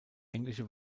englische